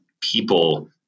people